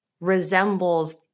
resembles